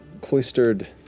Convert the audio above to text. cloistered